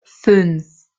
fünf